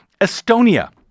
Estonia